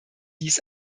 dies